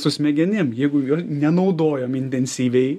su smegenim jeigu jo nenaudojom intensyviai